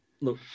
look